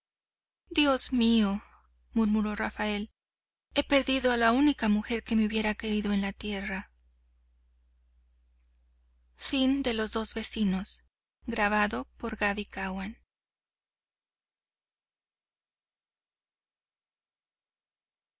dios mío murmuró rafael he perdido la única mujer que me hubiera querido en la tierra